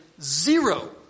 zero